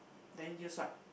then use what